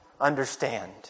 understand